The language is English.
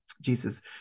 Jesus